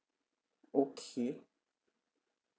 okay